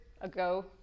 ago